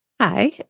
Hi